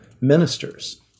ministers